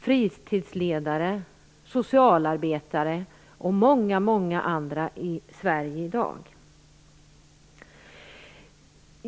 fritidsledare, socialarbetare och många andra i Sverige i dag.